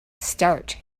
start